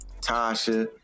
tasha